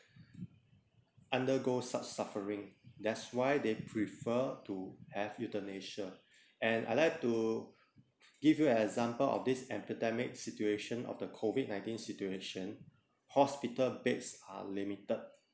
undergo such suffering that's why they prefer to have euthanasia and I like to give you an example of this epidemic situation of the COVID nineteen situation hospital beds are limited